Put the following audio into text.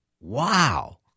wow